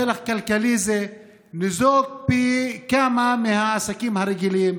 פלח כלכלי זה ניזוק פי כמה מהעסקים הרגילים,